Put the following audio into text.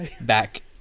back